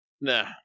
Nah